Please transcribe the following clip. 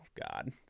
God